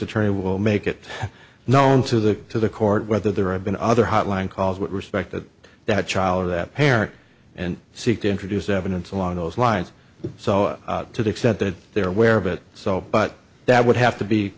attorney will make it known to the to the court whether there have been other hotline calls with respect to that child or that parent and seek to introduce evidence along those lines so to the extent that they're aware of it so but that would have to be